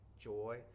joy